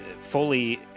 fully